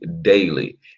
daily